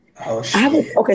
okay